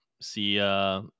see